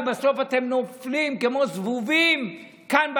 ובסוף אתם נופלים כמו זבובים כאן,